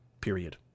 period